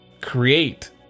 create